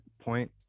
point